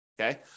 Okay